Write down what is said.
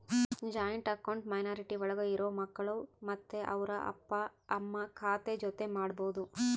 joint account minority ಒಳಗ ಇರೋ ಮಕ್ಕಳು ಮತ್ತೆ ಅವ್ರ ಅಪ್ಪ ಅಮ್ಮ ಖಾತೆ ಜೊತೆ ಮಾಡ್ಬೋದು